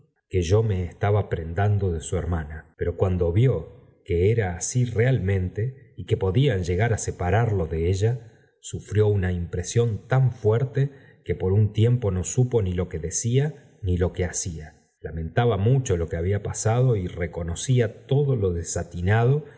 que yo me estaba prendado de su hermana pero cuando vió que era así realmente y que podían llegar á separarlo de ella sufrió una impresión tan fuerte que por un tiemp f supo m lo l ue decía ni lo que hacía lamentaba mucho lo que había pasado y reconocía todo lo desatinado